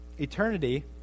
Eternity